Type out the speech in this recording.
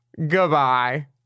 Goodbye